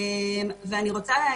אני רוצה להגיד: